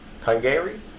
Hungary